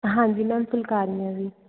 ਹਾਂਜੀ ਮੈਮ ਫੁੱਲਕਾਰੀਆਂ ਵੀ